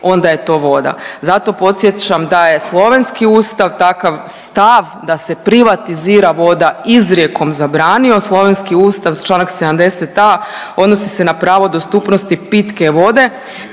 onda je to voda. Zato podsjećam da je slovenski ustav, takav stav da privatizira voda izrijekom zabranio. Slovenski ustav Članak 70a. odnosi se na pravo dostupnosti pitke vode